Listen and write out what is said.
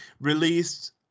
released